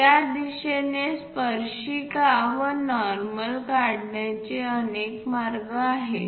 या दिशेने स्पर्शिका व नॉर्मल काढण्याचे अनेक मार्ग आहेत